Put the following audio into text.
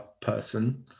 person